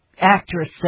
actress